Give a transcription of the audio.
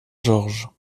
georges